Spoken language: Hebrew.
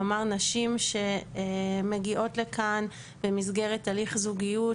כלומר נשים שמגיעות לכאן במסגרת הליך זוגיות